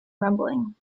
rumbling